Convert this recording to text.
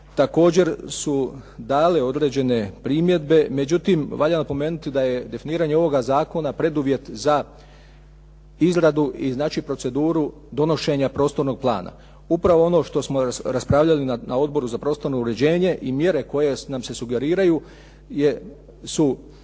također su dale određene primjedbe. Međutim valja napomenuti da je definiranje ovog zakona preduvjet za izradu i znači proceduru donošenja prostornog plana. Upravo ono što smo raspravljali na Odboru za prostorno uređenje i mjere koje nam se sugeriraju su